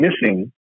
missing